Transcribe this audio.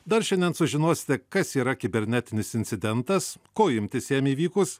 dar šiandien sužinosite kas yra kibernetinis incidentas ko imtis jam įvykus